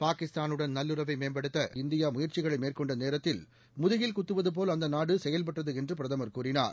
பாகிஸ்தானும் நல்லுறவை மேம்படுத்த இந்தியா முயற்சிகளை மேற்கொண்ட நேரத்தில் முதுகில் குத்துவது போல் அந்த நாடு செயல்பட்டது என்று பிரதமர் கூறினார்